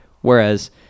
Whereas